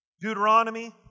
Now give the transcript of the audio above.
Deuteronomy